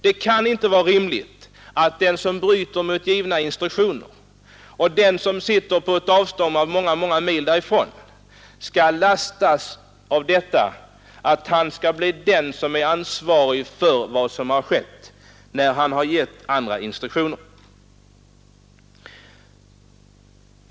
Det kan inte vara rimligt att en chaufför kan bryta mot givna instruktioner och att en annan person, som sitter många mil därifrån, skall få ta skulden för vad som skett, trots att han har givit riktiga instruktioner.